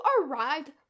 arrived